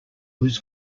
was